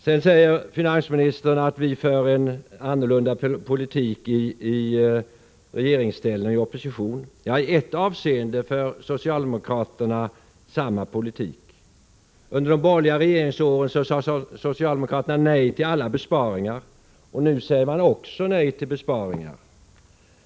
Sedan säger finansministern att vi för en annan politik i regering än i opposition. I ett avseende för socialdemokraterna samma politik. Under de borgerliga regeringsåren sade socialdemokraterna nej till alla inbesparingar, och nu säger man också nej till sådana.